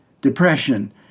depression